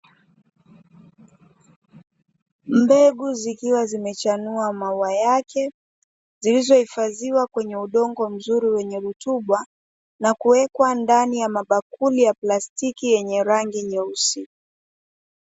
Mbegu zikiwa zimechanua maua yake, zilizohifadhiwa kwenye udongo mzuri wenye rutuba, na kuwekwa ndani ya mabakuli ya plastiki yenye rangi nyeusi.